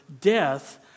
death